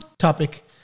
topic